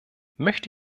möchte